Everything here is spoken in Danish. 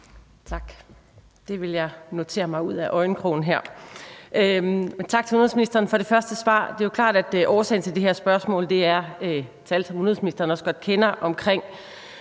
Tak. Det vil jeg notere mig ud af øjenkrogen. Tak til udenrigsministeren for det første svar. Det er jo klart, at årsagen til det her spørgsmål er tal, som udenrigsministeren også godt kender, om,